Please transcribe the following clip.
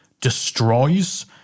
destroys